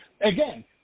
again